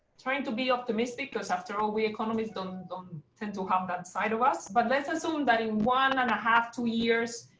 trying to be optimistic, because after all, we economists don't don't tend to have that side of us. but let's assume that in one and a half, two years,